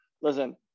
Listen